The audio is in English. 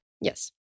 Yes